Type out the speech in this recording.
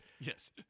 yes